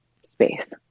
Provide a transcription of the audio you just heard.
space